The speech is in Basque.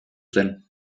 zen